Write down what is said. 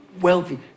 Wealthy